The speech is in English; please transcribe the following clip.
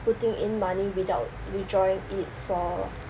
putting in money without withdrawing it for